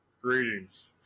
greetings